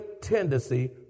tendency